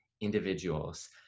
individuals